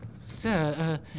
Sir